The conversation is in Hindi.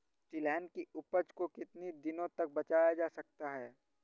तिलहन की उपज को कितनी दिनों तक बचाया जा सकता है?